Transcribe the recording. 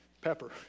pepper